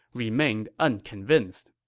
remained unconvinced